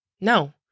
No